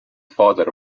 father